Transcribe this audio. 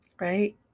right